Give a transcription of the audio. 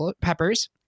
peppers